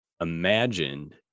imagined